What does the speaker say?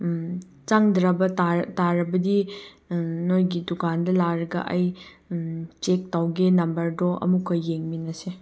ꯆꯪꯗ꯭ꯔꯕ ꯇꯥꯔꯕꯗꯤ ꯅꯣꯏꯒꯤ ꯗꯨꯀꯥꯟꯗ ꯂꯥꯛꯂꯒ ꯑꯩ ꯆꯦꯛ ꯇꯧꯒꯦ ꯅꯝꯕꯔꯗꯣ ꯑꯃꯨꯛꯀ ꯌꯦꯡꯃꯤꯟꯅꯁꯦ